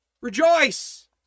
rejoice